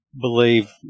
believe